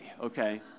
okay